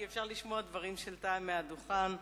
כי אפשר לשמוע דברים של טעם מן הדוכן.